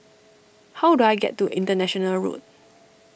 how do I get to International Road